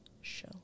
show